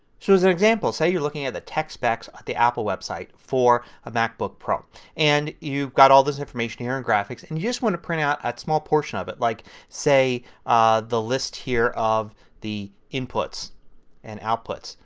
so as an example say you are looking at the text specs specs at the apple web site for a macbook pro and you've got all this information here and graphics and you just want to print out a small portion of it like say the list here of the inputs and outputs.